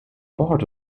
part